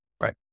Right